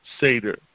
Seder